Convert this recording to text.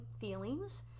feelings